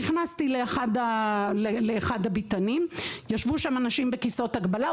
נכנסתי לאחד הביתנים וישבו שם אנשים בכיסאות הגבלה.